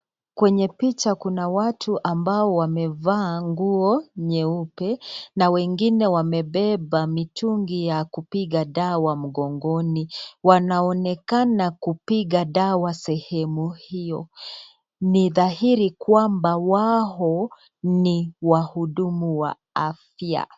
Kwenye picha kuna watu ambao wamevaa nguo nyeupe na wengine wa mebeba mitungi ya kupiga dawa mgongoni. Wanaonekana kupiga dawa sehemu hiyo. Ni dhahiri kwamba wao ni wahudumu wa afya.